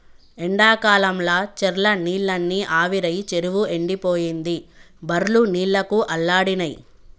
ఎండాకాలంల చెర్ల నీళ్లన్నీ ఆవిరై చెరువు ఎండిపోయింది బర్లు నీళ్లకు అల్లాడినై